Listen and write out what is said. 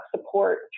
support